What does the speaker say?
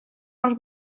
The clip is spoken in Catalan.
els